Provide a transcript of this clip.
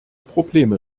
probleme